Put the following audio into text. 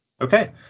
okay